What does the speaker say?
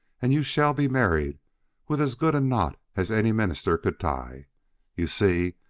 and you shall be married with as good a knot as any minister could tie you see,